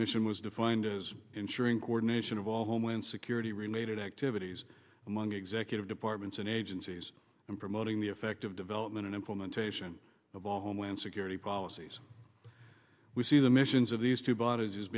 mission was defined as ensuring coordination of all homeland security related activities among executive departments and agencies in promoting the effective development and implementation of all homeland security policies we see the missions of these two bodies as